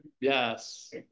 Yes